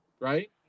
right